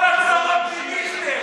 כל הצרות מדיכטר,